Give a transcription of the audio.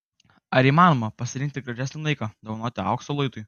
ar įmanoma pasirinkti gražesnį laiką dovanoti aukso luitui